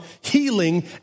healing